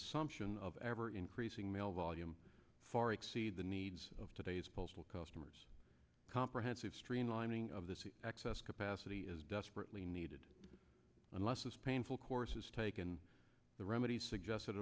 assumption of ever increasing mail volume far exceed the needs of today's postal customers comprehensive streamlining of this excess capacity is desperately needed unless this painful course is taken the remedies suggested